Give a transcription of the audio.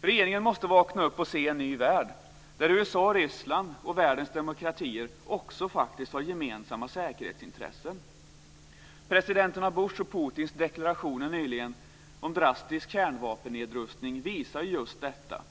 Regeringen måste vakna upp och se en ny värld där USA, Ryssland och världens demokratier också faktiskt har gemensamma säkerhetsintressen. Presidenterna Bushs och Putins deklarationer nyligen om en drastisk kärnvapennedrustning visar just detta.